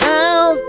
out